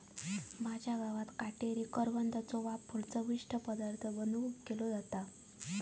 माझ्या गावात काटेरी करवंदाचो वापर चविष्ट पदार्थ बनवुक केलो जाता